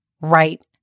right